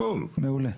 מעולה.